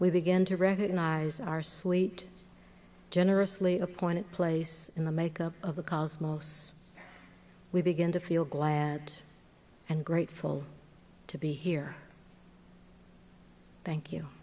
we begin to recognize our sleet generously appointed place in the make up of the cosmos we begin to feel glad and grateful to be here thank you